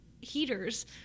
heaters